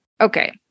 okay